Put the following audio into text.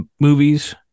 Movies